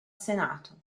senato